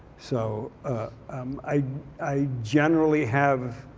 so um i i generally have